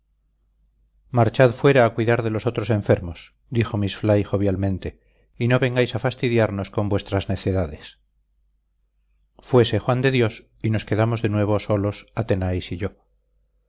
marchad fuera a cuidar de los otros enfermos dijo miss fly jovialmente y no vengáis a fastidiarnos con vuestras necedades fuese juan de dios y nos quedamos de nuevo solos athenais y yo